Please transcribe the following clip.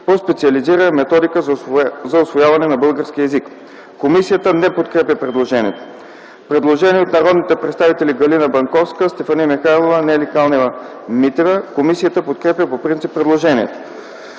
по специализирана методика за усвояване на българския език.” Комисията не подкрепя предложението. Предложение от народните представители Галина Банковска, Стефани Михайлова и Нели Калнева-Митева. Комисията подкрепя по принцип предложението.